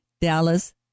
Dallas